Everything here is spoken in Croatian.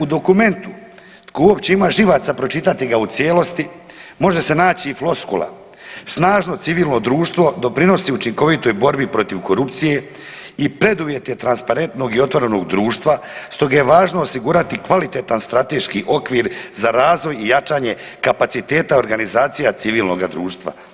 U dokumentu, tko uopće ima živaca pročitati ga u cijelosti može se naći i floskula, snažno civilno društvo doprinosi učinkovitoj borbi protiv korupcije i preduvjete transparentnog i otvorenog društva, stoga je važno osigurati kvalitetan strateški okvir za razvoj i jačanje kapaciteta organizacija civilnoga društva.